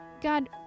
God